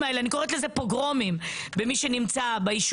הפוגרומים האלה כך אני קוראת לזה - במי שנמצא בישובים